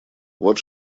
вот